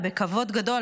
ובכבוד גדול,